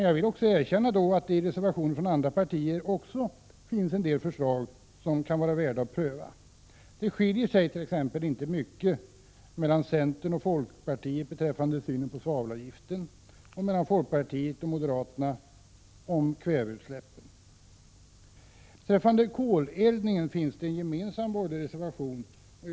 Jag vill också erkänna att det i reservationer från andra partier finns förslag som kan vara värda att pröva. Det skiljer t.ex. inte mycket mellan centern och folkpartiet beträffande synen på svavelavgiften eller mellan folkpartiet och moderaterna om kväveutsläppen. Det finns en gemensam borgerlig reservation beträffande koleldningen.